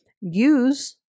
Use